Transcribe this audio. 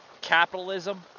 capitalism